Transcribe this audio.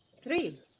Three